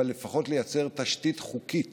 אבל לפחות לייצר תשתית חוקית